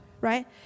right